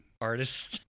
artist